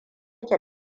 ke